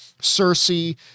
Cersei